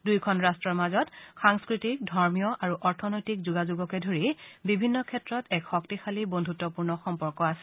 দুয়োখন ৰাট্টৰ মাজত সাংস্কৃতিক ধৰ্মীয় আৰু অৰ্থনৈতিক যোগাযোগকে ধৰি বিভিন্ন ক্ষেত্ৰত এক শক্তিশালী বদ্ধতপূৰ্ণ সম্পৰ্ক আছে